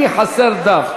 לי חסר דף.